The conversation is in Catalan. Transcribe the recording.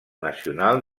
nacional